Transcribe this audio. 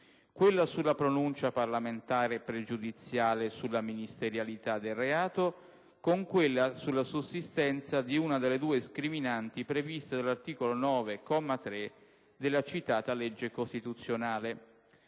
quella sulla pronuncia parlamentare pregiudiziale sulla ministerialità del reato con quella sulla sussistenza di una delle due scriminanti previste dall'articolo 9, comma 3, della citata legge costituzionale.